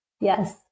yes